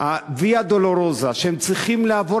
הוויה-דולורוזה שצריכות לעבור